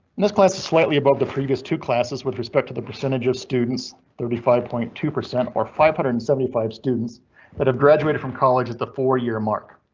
this class is slightly above the previous two classes with respect to the percentage of students, thirty five point two percent or five hundred and seventy five students that have graduated from college at the four year mark.